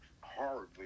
horribly